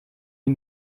die